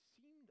seemed